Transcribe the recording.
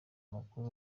makuru